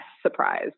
surprise